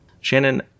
shannon